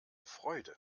freude